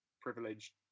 privileged